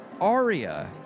Aria